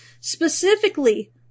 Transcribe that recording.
Specifically